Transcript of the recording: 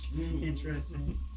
Interesting